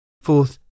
Fourth